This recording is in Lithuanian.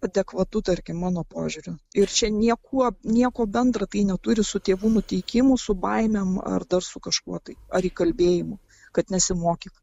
adekvatu tarkim mano požiūriu ir čia niekuo nieko bendro tai neturi su tėvų nuteikimu su baimėm ar dar su kažkuo tai ar įkalbėjimu kad nesimokyk